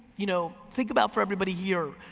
you know, think about for everybody here,